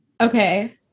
Okay